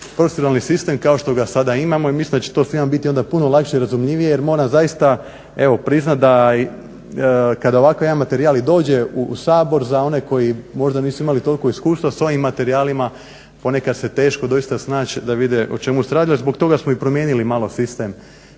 proceduralni sistem kao što ga sada imamo. Mislim da će to svima onda biti puno lakše i razumljivije jer moram zaista evo priznati da kad ovakav jedan materijal i dođe u Sabor za one koji možda nisu imali toliko iskustva sa ovim materijalima ponekad se teško doista snaći da vide o čemu se radi. Zbog toga smo i promijenili malo sistem.